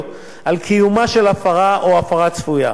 על קיומה של הפרה או הפרה צפויה.